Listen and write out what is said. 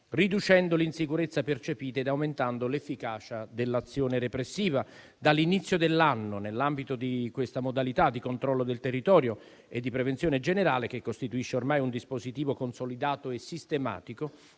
riducendo l'insicurezza percepita e aumentando l'efficacia dell'azione repressiva. Dall'inizio dell'anno, nell'ambito di questa modalità di controllo del territorio e di prevenzione generale, che costituisce ormai un dispositivo consolidato e sistematico,